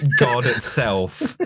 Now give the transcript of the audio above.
god itself.